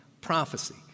prophecy